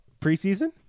preseason